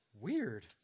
Weird